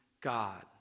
god